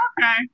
okay